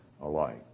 alike